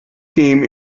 team